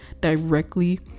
directly